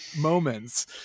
moments